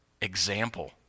example